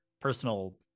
personal